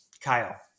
Kyle